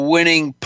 Winning